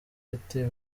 yatewe